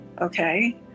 okay